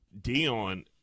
Dion